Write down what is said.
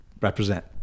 represent